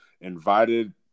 invited –